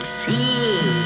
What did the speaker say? see